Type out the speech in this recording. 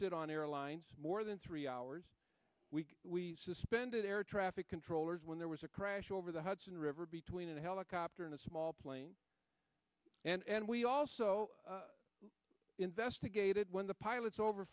sit on airlines more than three hours a week we suspended air traffic controllers when there was a crash over the hudson river between a helicopter and a small plane and we also investigated when the pilots over